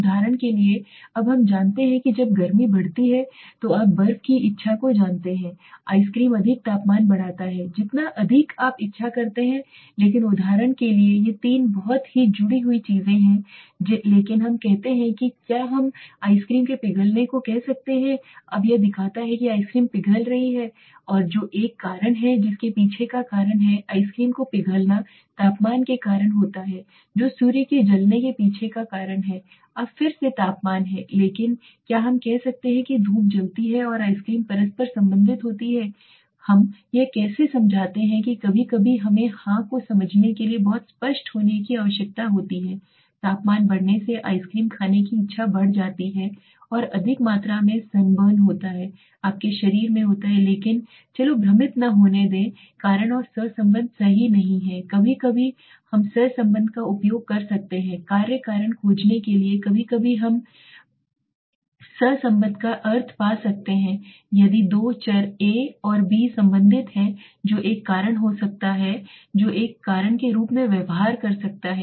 उदाहरण के लिए अब हम जानते हैं कि जब गर्मी बढ़ती है तो आप बर्फ की इच्छा को जानते हैं आइसक्रीम अधिक तापमान बढ़ाता है जितना अधिक आप इच्छा जानते हैं लेकिन उदाहरण के लिए ये 3 बहुत ही जुड़ी हुई चीजें हैं लेकिन हम कहते हैं कि क्या हम आइसक्रीम के पिघलने को कह सकते हैं अब यह दिखाता है कि आइसक्रीम पिघल रही है जो एक कारण है जिसके पीछे का कारण है आइसक्रीम को पिघलाना तापमान के कारण होता है जो सूर्य के जलने के पीछे का कारण है अब फिर से तापमान है लेकिन क्या हम कहते हैं कि धूप जलती है और आइसक्रीम परस्पर संबंधित होती है हम यह कैसे समझाते हैं कि कभी कभी हमें हां को समझने के लिए बहुत स्पष्ट होने की आवश्यकता होती है तापमान बढ़ने से आइसक्रीम खाने की इच्छा बढ़ जाती है और अधिक मात्रा में सन बर्न होता है आपके शरीर में होता है लेकिन चलो भ्रमित न होने दें कारण और सहसंबंध सही नहीं है कभी कभी हम सह संबंध का उपयोग कर सकते हैं कार्य कारण खोजने के लिए कभी कभी हम सह संबंध का अर्थ पा सकते हैं यदि दो चर a और b संबंधित हैं जो एक कारण हो सकता है जो एक कारण के रूप में व्यवहार कर सकता है